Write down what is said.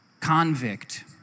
convict